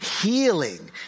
Healing